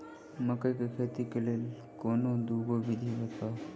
मकई केँ खेती केँ लेल कोनो दुगो विधि बताऊ?